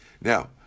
Now